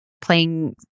playing